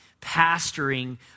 pastoring